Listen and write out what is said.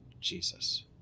Jesus